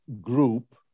group